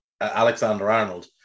Alexander-Arnold